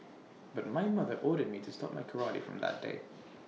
but my mother ordered me to stop my karate from that day